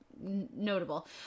notable